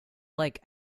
like